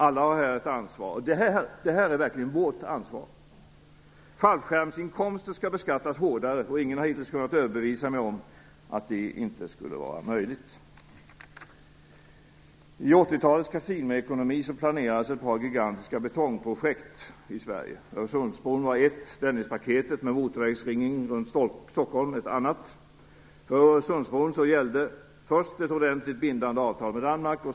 Alla har här ett ansvar, och det är verkligen vårt ansvar. Fallskärmsinkomster skall beskattas hårdare. Ingen har hittills kunnat överbevisa mig om att inte det skulle vara möjligt. I 80-talets kasinoekonomi planerades ett par gigantiska betongprojekt i Sverige. Öresundsbron var ett, Dennispaketet med motorvägsringen runt Stockholm var ett annat. För Öresundsbron gällde: Först ett ordentligt bindande avtal med Danmark.